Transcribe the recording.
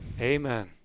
Amen